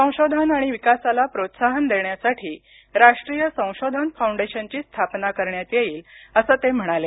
संशोधन आणि विकासाला प्रोत्साहन देण्यासाठी राष्ट्रीय संशोधन फाऊंडेशनची स्थापना करण्यात येईल असं ते म्हणाले